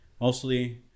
mostly